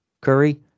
Curry